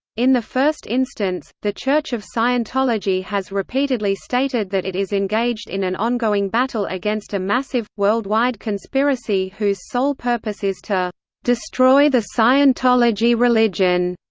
in the first instance, the church of scientology has repeatedly stated that it is engaged in an ongoing battle against a massive, worldwide conspiracy whose sole purpose is to destroy the scientology religion.